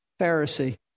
Pharisee